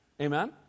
Amen